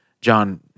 John